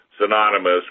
synonymous